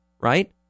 Right